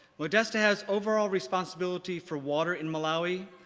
modesta has overall responsibility for water in malawi,